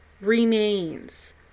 remains